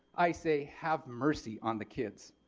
i say have mercy on the kids.